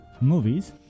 movies